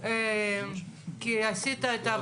גם היום היא מוסמכת.